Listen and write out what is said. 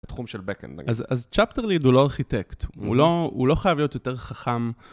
תחום של backend. אז צ'פטרליד הוא לא ארכיטקט, הוא לא חייב להיות יותר חכם.